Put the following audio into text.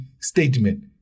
statement